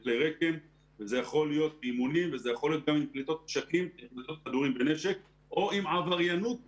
זה יכול להיות אימונים וגם פליטות נשקים או עם עבריינות נשק.